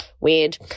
Weird